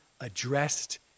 addressed